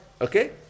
okay